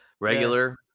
regular